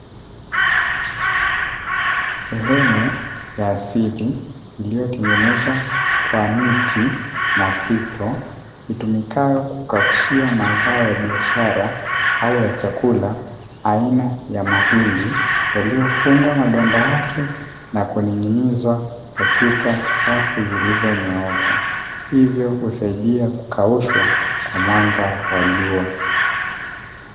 Sehemu ya asili iliyotengenezwa kwa miti na fito itumikayo kukaushia mazao ya biashara au ya chakula aina ya mahindi, yaliyofungwa maganda yake na kuning'inizwa katika safu zilizonyooka. Hivyo husaidia kukaushwa kwa mwanga wa jua.